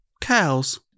cows